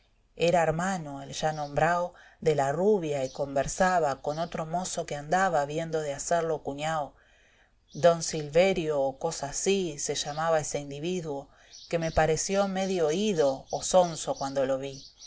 era hermano el ya nombrao de la rubia y conversaba con otro mozo que andaba viendo de hacerlo cuñao fausto don silverio o cosa así se llamaba este individuo que me pareció medio ido o sonso cuando lo vi